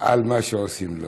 על מה שעושים לו.